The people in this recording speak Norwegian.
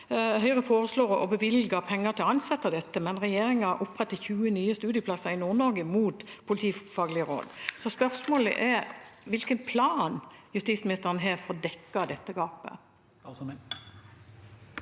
Høyre foreslår å bevilge penger til å ansette, men regjeringen oppretter 20 nye studieplasser i Nord-Norge – mot politifaglige råd. Spørsmålet er hvilken plan justisministeren har for å dekke dette gapet.